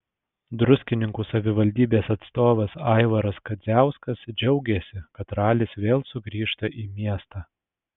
druskininkų savivaldybės atstovas aivaras kadziauskas džiaugėsi kad ralis vėl sugrįžta į miestą